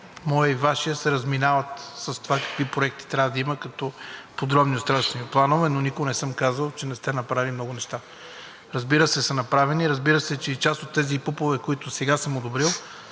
моят и Вашият се разминават с това какви проекти трябва да има като подробни устройствени планове, но никога не съм казал, че не сте направили много неща. Разбира се, направени са. Разбира се, че и част от тези ПУП-ове, които сега съм одобрил,